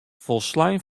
folslein